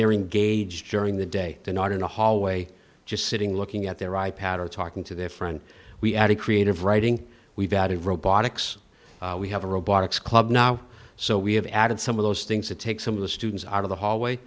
they're engaged during the day they're not in a hallway just sitting looking at their i pad or talking to their friend we added creative writing we've added robotics we have a robotics club now so we have added some of those things that take some of the students out of the hallway